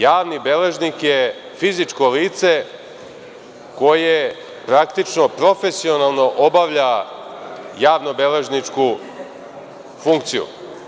Javni beležnik je fizičko lice koje praktično profesionalno obavlja javnobeležničku funkciju.